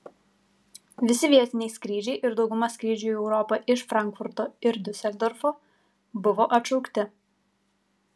visi vietiniai skrydžiai ir dauguma skrydžių į europą iš frankfurto ir diuseldorfo buvo atšaukti